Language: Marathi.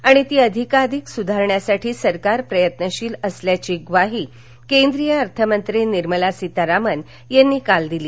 आणि ती अधिकाधिक सुधारण्यासाठी सरकार प्रयत्नशील असल्याची ग्वाही केंद्रीय अर्थ मंत्री निर्मला सीतारामन यांनी काल दिली